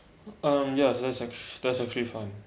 um ya that's act~ that's actually fine